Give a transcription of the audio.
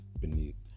beneath